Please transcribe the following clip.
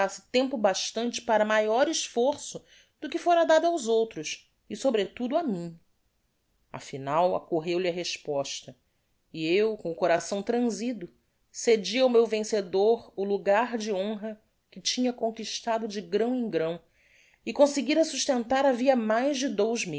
deixasse tempo bastante para maior esforço do que fôra dado aos outros e sobretudo á mim afinal occorreu lhe a resposta e eu com o coração tranzido cedi ao meu vencedor o lugar de honra que tinha conquistado de gráo em gráo e conseguira sustentar havia mais de dous